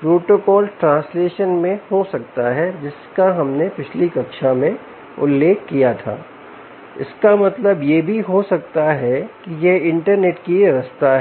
protocol translation में हो सकता है जिसका हमने पिछली कक्षा में उल्लेख किया था या इसका मतलब यह भी हो सकता है की यह इंटरनेट की व्यवस्था है